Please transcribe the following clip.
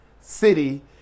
City